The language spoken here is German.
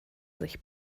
sich